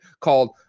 called